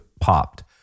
popped